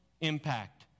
impact